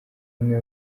umwe